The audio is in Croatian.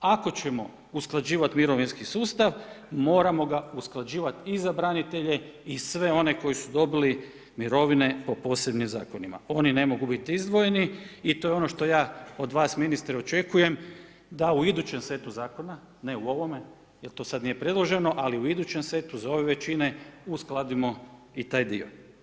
Ako ćemo usklađivati mirovinski sustav, moramo ga usklađivati i za branitelje i sve ono koji su dobili mirovine po posebnim zakonima, oni ne mogu biti izdvojeni i to je ono što ja od vas ministre, očekujem, da u idućem setu zakona ne u ovome jer to sad nije predloženo ali u idućem setu za ove većine uskladimo i taj dio.